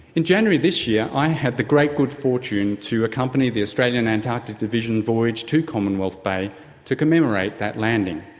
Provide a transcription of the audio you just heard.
in january this year i had the great good fortune to accompany the australian antarctic division voyage to commonwealth bay to commemorate that landing.